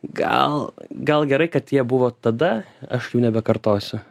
gal gal gerai kad jie buvo tada aš jų nebekartosiu